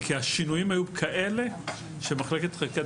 כי השינויים היו כאלה שמחלקת חקיקת